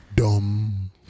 Dumb